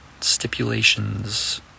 stipulations